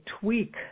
tweak